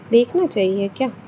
देखना चाहिए क्या